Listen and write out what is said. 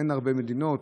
אין הרבה מדינות,